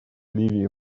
ливии